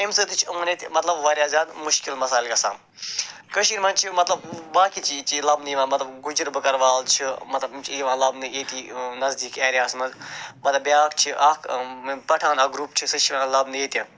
اَمہِ سۭتۍ تہِ چھِ یِمن ییٚتہِ مطلب وارِیاہ زیادٕ مُشکِل مسایل گَژھان کٔشیٖرِ منٛز چھِ مطلب باقٕے چیٖز چھِ ییٚتہِ لبنہٕ یِوان مطلب گُجِر بکروال چھِ مطلب یِم چھِ یِوان لبنہٕ ییٚتی نٔزدیٖک ایرِیاہس منٛز مطلب بیٛاکھ چھِ اکھ پٹھان اکھ گرٛوپ چھِ سُہ چھِ یِوان لبنہٕ ییٚتہِ